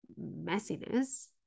messiness